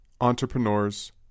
Entrepreneurs